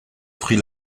prit